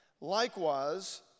Likewise